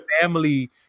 family